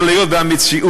אבל היות שהמציאות